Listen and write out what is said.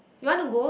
you want to go